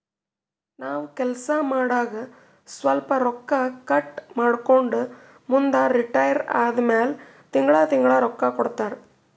ನಾವ್ ಕೆಲ್ಸಾ ಮಾಡಾಗ ಸ್ವಲ್ಪ ರೊಕ್ಕಾ ಕಟ್ ಮಾಡ್ಕೊಂಡು ಮುಂದ ರಿಟೈರ್ ಆದಮ್ಯಾಲ ತಿಂಗಳಾ ತಿಂಗಳಾ ರೊಕ್ಕಾ ಕೊಡ್ತಾರ